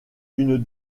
une